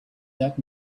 that